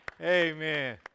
Amen